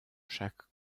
chaque